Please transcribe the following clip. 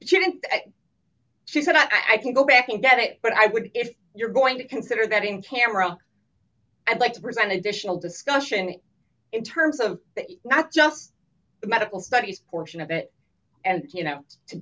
she didn't she said i can go back and get it but i would if you're going to consider that in camera i'd like to present additional discussion in terms of not just the medical studies portion of it and you know to